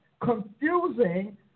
Confusing